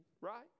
right